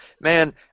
man